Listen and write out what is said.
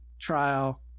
trial